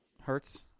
hurts